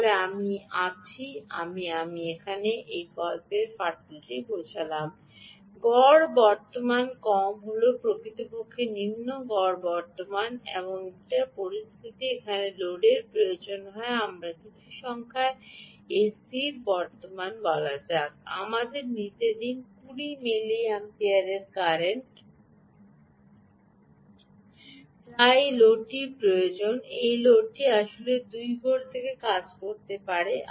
আপনি আমি আছি আমি এখানে আছি গল্পের ফাটল গড় বর্তমান কম হল প্রকৃতপক্ষে নিম্ন গড় ডান গড় বর্তমান কম এখন একটি পরিস্থিতি নিন যেখানে এই লোডের প্রয়োজন হয় আমাদের কিছু সংখ্যার একটি স্থির বর্তমান বলা যাক আমাদের নিতে দিন 20 মিলিঅ্যাম্পিয়ার কারেন্ট যা এই লোডটির প্রয়োজন এবং এই লোডটি আসলে 2 ভোল্ট থেকে কাজ করতে পারে